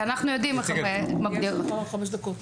אנחנו יודעים איך הפרקליטות מבדילה בין העבירות.